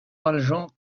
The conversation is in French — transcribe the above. valjean